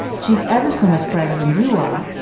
she's ever so much brighter than you are,